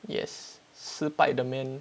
yes 失败的 man